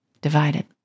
divided